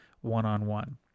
one-on-one